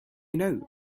know